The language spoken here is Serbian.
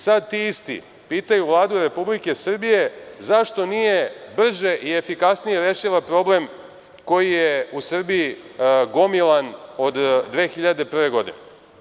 Sada ti isti pitaju Vladu RS zašto nije brže i efikasnije rešila problem koji je u Srbiji gomila od 2001. godine.